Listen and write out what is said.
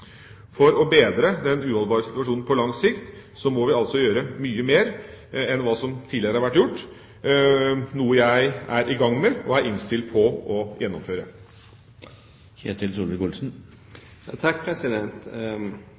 for å bedre den uholdbare situasjonen på lang sikt, må vi altså gjøre mye mer enn hva som tidligere er gjort, noe jeg er i gang med og er innstilt på å gjennomføre.